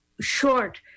short